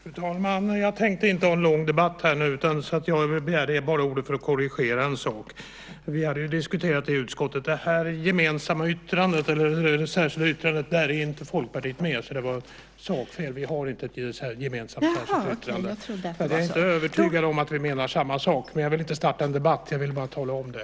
Fru talman! Jag tänkte inte ha en lång debatt nu, utan jag begärde ordet bara för att korrigera en sak. Vi har diskuterat det i utskottet. Det särskilda yttrandet är inte Folkpartiet med på. Det var alltså ett sakfel. Vi har inte ett gemensamt särskilt yttrande. Jag är inte övertygad om att vi menar samma sak, men jag vill inte starta en debatt utan bara tala om det.